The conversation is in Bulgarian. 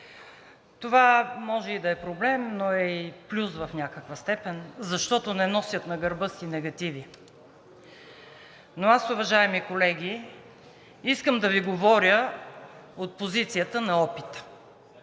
Това може и да е проблем, но е и плюс в някаква степен, защото не носят на гърба си негативи. Но аз, уважаеми колеги, искам да Ви говоря от позицията на опита,